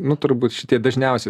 nu turbūt šitie dažniausi